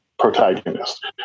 protagonist